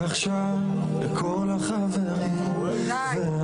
אז אם למות --- לא, לא,